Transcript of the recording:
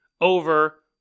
over